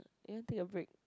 I need take a break